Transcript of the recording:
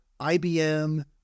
IBM